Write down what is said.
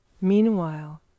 Meanwhile